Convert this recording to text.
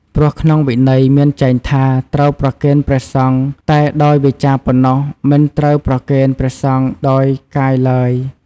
ព្រោះក្នុងវិន័យមានចែងថា ត្រូវប្រគេនព្រះសង្ឃតែដោយវាចាប៉ុណ្ណោះ មិនត្រូវប្រគេនព្រះសង្ឃដោយកាយឡើយ។